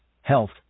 health